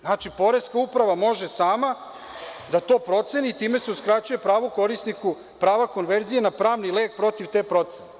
Znači, poreska uprava može sama da to proceni i time se uskraćuje pravo korisniku prava konverzije na pravni lek protiv te procene.